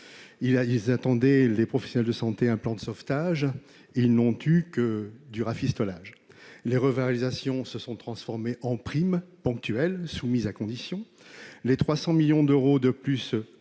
convaincant. Les professionnels de santé attendaient un plan de sauvetage, ils n'ont eu que du rafistolage. Les revalorisations se sont transformées en primes ponctuelles, soumises à conditions. Les 300 millions d'euros de plus